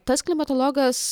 tas klimatologas